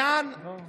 לאן